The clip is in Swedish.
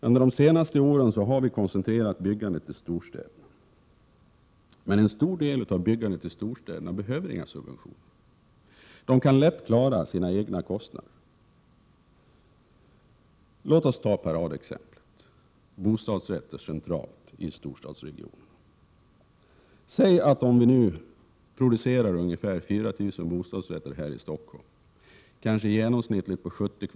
Under de senaste åren har byggandet koncentrerats till storstäderna. En stor del av byggandet i storstäderna behöver inga subventioner, utan där klarar man lätt sina egna kostnader. Låt mig ta paradexemplet med bostadsrätter centralt i storstadsregionerna. Säg att det nu produceras ungefär 4 000 bostadsrätter här i Stockholm på i genomsnitt 70 m?